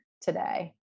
today